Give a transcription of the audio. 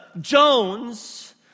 Jones